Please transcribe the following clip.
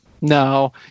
No